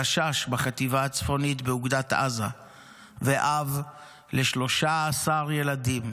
גשש בחטיבה הצפונית באוגדת עזה ואב ל-13 ילדים,